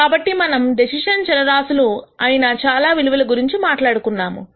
కాబట్టి మనము డెసిషన్ చరరాశులు అయినా చాలా విలువ ల గురించి మాట్లాడుకున్నాము